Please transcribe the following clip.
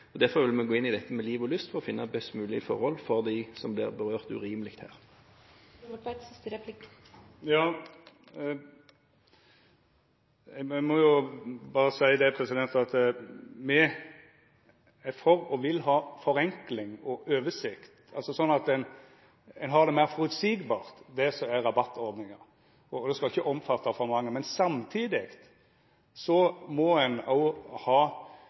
Derfor vil vi gå inn i dette med liv og lyst for å finne en best mulig løsning for dem som blir berørt urimelig her. Eg må berre seia at me er for, og vil ha, forenkling og oversikt, sånn at rabattordninga er meir føreseieleg og ikkje omfattar for mange. Men samtidig må ein òg ha løysingar som vert oppfatta som rettferdige for dei som bruker vegen, og